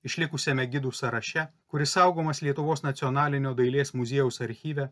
išlikusiame gidų sąraše kuris saugomas lietuvos nacionalinio dailės muziejaus archyve